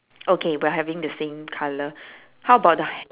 okay we're having the same colour how about the h~